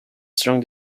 strong